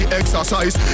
exercise